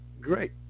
great